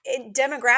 demographic